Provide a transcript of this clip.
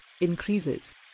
increases